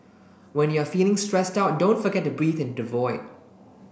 when you are feeling stressed out don't forget to breathe into the void